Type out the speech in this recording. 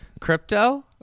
crypto